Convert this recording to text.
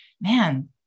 Man